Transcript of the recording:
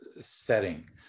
setting